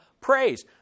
praise